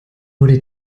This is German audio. wurde